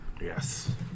Yes